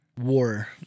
war